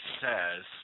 says